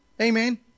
Amen